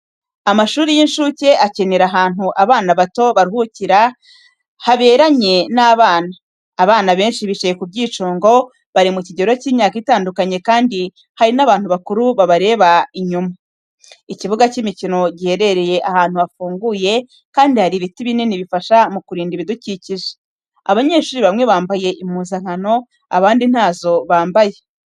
Amashuri y'incuke akenera ahantu abana bato baruhukira haberanye n'abana. Abana benshi bicaye ku byicungo, bari mu kigero cy'imyaka itandukanye kandi hari n'abantu bakuru babareba inyuma. Ikibuga cy'imikino giherereye ahantu hafunguye, kandi hari ibiti binini bifasha mu kurinda ibidukikije. Abanyeshuri bamwe bambaye impuzankano abandi ntazo bambaye.